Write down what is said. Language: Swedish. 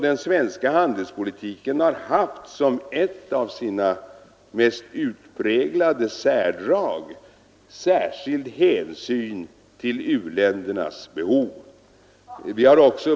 Den svenska handelspolitiken har ändå som ett av sina mest utpräglade särdrag tagit särskild hänsyn till u-ländernas behov.